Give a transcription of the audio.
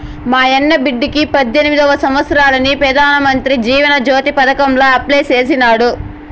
మాయన్న బిడ్డకి పద్దెనిమిది సంవత్సారాలని పెదానమంత్రి జీవన జ్యోతి పదకాంల అప్లై చేసినాడు